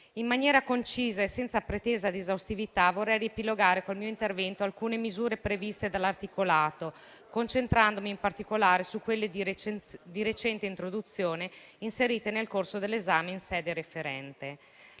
In maniera concisa e senza pretesa di esaustività, vorrei riepilogare con il mio intervento alcune misure previste dall'articolato, concentrandomi in particolare su quelle di recente introduzione, inserite nel corso dell'esame in sede referente.